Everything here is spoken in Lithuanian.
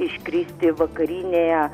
iškristi vakarinėje